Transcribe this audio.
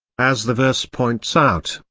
as the verse points out,